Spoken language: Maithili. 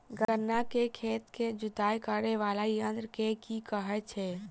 गन्ना केँ खेत केँ जुताई करै वला यंत्र केँ की कहय छै?